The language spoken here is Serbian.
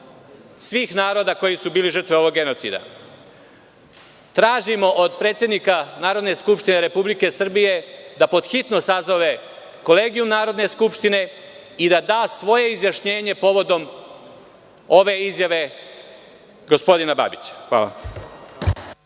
svih naroda koji su bili žrtve ovog genocida? Tražimo od predsednika Narodne skupštine Republike Srbije da pod hitno sazove Kolegijum Narodne skupštine i da da svoje izjašnjenje povodom ove izjave gospodina Babića. Hvala.